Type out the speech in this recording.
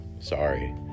sorry